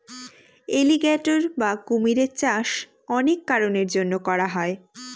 alligator বা কুমিরের চাষ অনেক কারনের জন্য করা হয়